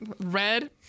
red